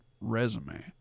resume